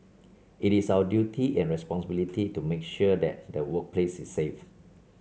it is our duty and responsibility to make sure that the workplace is safe